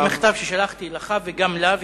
זה מכתב ששלחתי לך וגם לה.